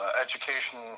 education